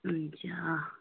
हुन्छ